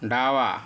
डावा